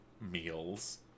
meals